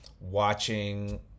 watching